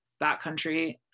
backcountry